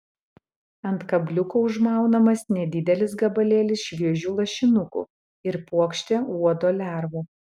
ant kabliuko užmaunamas nedidelis gabalėlis šviežių lašinukų ir puokštė uodo lervų